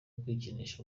kwikinisha